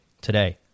today